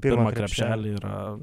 pirmą krepšelį yra